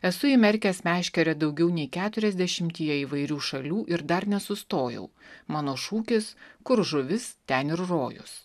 esu įmerkęs meškerę daugiau nei keturiasdešimtyje įvairių šalių ir dar nesustojau mano šūkis kur žuvis ten ir rojus